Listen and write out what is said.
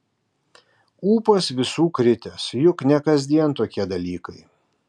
ūpas visų kritęs juk ne kasdien tokie dalykai